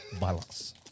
balance